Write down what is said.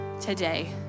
today